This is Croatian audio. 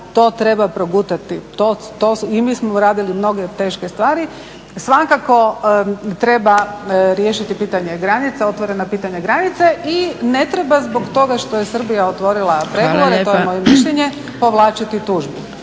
to treba progutati. I mi smo radili mnoge teške stvari. Svakako treba riješiti pitanje granica, otvorena pitanja granice i ne treba zbog toga što je Srbija otvorila pregovore to je moje mišljenje, povlačiti tužbu.